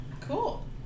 Cool